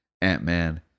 Ant-Man